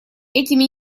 этими